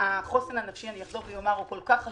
החוסן הנפשי הוא כל כך חשוב,